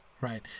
right